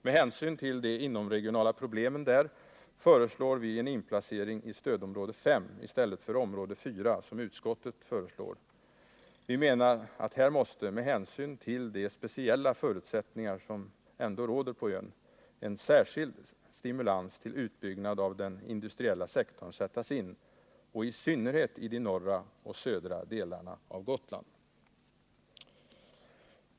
Med hänsyn till de inomregionala problemen där föreslår vi en inplacering i stödområde § i stället för område 4 som utskottet föreslår. Vi menar att här måste — med hänsyn till de speciella förutsättningar som råder på ön — en särskild stimulans till utbyggnad av den industriella sektorn sättas in, i synnerhet i de norra och södra delarna av Gotland.